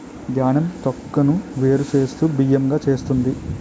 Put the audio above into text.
ధాన్యం తొక్కును వేరు చేస్తూ బియ్యం గా చేస్తుంది